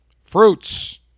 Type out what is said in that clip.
Fruits